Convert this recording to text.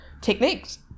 techniques